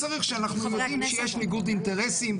אנחנו יודעים שיש ניגוד אינטרסים,